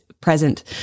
present